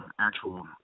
actual